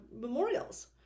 memorials